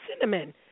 cinnamon